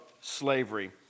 slavery